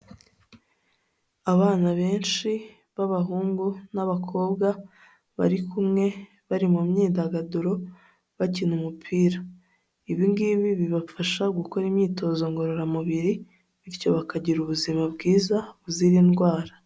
Abana benshi b'abahungu n'abakobwa, bari kumwe bari mu myidagaduro, bakina umupira. Ibi ngibi bibafasha gukora imyitozo ngororamubiri, bityo bakagira ubuzima bwiza, buzira indwara.